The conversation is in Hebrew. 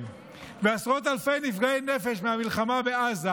ועשרות אלפי נפגעי נפש מהמלחמה בעזה,